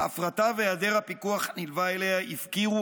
ההפרטה והיעדר הפיקוח הנלווה אליה הפקירו